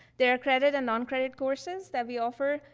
there are credit and non-credit courses than we offer,